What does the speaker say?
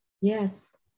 Yes